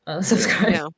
subscribe